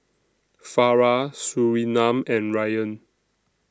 Farah Surinam and Ryan